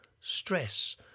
Stress